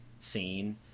scene